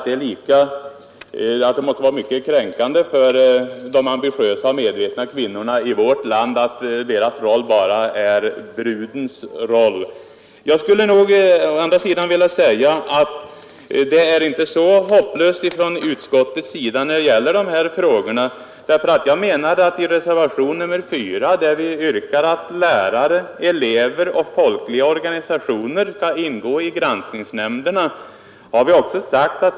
Det måste vara mycket kränkande för de ambitiösa och medvetna kvinnorna i vårt land att man framställer deras roll som enbart brudens roll. Jag skulle å andra sidan vilja säga att det inte ser så hopplöst ut i utskottsbetänkandet i dessa frågor. I reservation 4 yrkas nämligen att lärare, elever och representanter för fackliga och politiska organisationer skall ingå i granskningsnämnden.